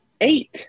eight